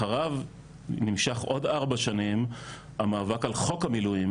אחריו נמשך עוד ארבע שנים המאבק על חוק המילואים